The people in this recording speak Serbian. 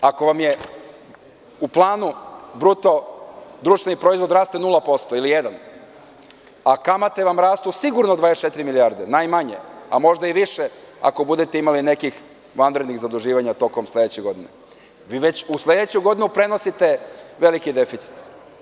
Ako vam je u planu BDP da raste 0% ili 1%, a kamate vam rastu sigurno 24 milijarde, najmanje, a možda i više ako budete imali nekih vanrednih zaduživanja tokom sledeće godine, onda u sledeću godinu prenosite veliki deficit.